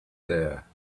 there